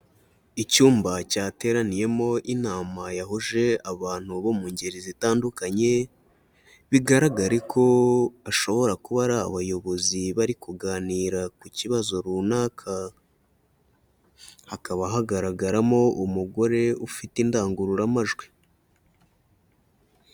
Icyumba cyateraniyemo inama yahuje abantu bo mu ngeri zitandukanye, bigaragare ko ashobora kuba ari abayobozi bari kuganira ku kibazo runaka, hakaba hagaragaramo umugore ufite indangururamajwi.